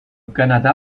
canada